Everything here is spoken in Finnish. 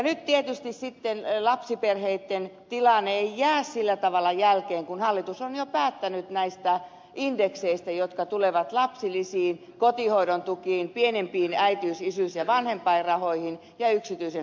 nyt tietysti sitten lapsiperheitten tilanne ei jää sillä tavalla jälkeen kun hallitus on jo päättänyt näistä indekseistä jotka tulevat lapsilisiin kotihoidon tukiin pienimpiin äitiys isyys ja vanhempainrahoihin ja yksityisen hoidon tukeen